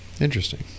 Interesting